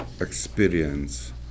experience